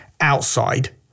outside